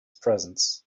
presence